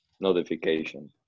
notification